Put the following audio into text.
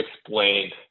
explained